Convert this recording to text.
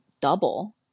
double